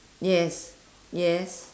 yes yes